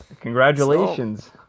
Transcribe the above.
congratulations